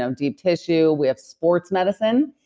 um deep tissue. we have sports medicine,